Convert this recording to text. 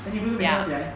then 你不是每天都要起来